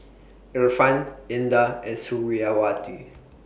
Irfan Indah and Suriawati